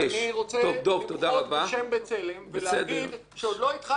רוצה למחות בשם בצלם ולומר שעוד לא התחלתי אפילו